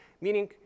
meaning